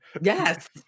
Yes